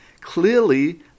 Clearly